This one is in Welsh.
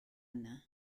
yna